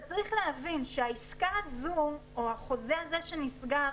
אתה צריך להבין שהעסקה הזו או החוזה הזה שנסגר